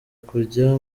kujya